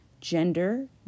gender